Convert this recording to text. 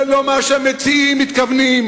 לא זה מה שהמציעים מתכוונים,